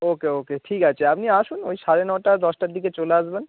ওকে okay ঠিক আছে আপনি আসুন ওই সাড়ে নটা দশটার দিকে চলে আসবেন